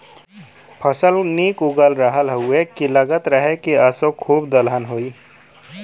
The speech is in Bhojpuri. फसल निक उगल रहल हउवे की लगत रहल की असों खूबे दलहन होई